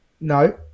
No